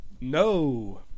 No